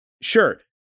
sure